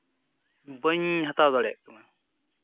ᱵᱟᱹᱧ ᱦᱟᱛᱟᱣ ᱫᱟᱲᱮᱭᱟᱜ ᱠᱟᱱᱟ